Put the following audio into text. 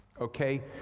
okay